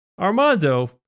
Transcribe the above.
armando